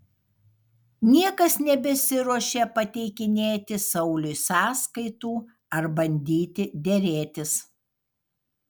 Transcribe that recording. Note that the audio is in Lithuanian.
niekas nebesiruošia pateikinėti sauliui sąskaitų ar bandyti derėtis